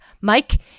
Mike